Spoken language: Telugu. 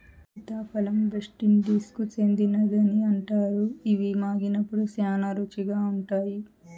సీతాఫలం వెస్టిండీస్కు చెందినదని అంటారు, ఇవి మాగినప్పుడు శ్యానా రుచిగా ఉంటాయి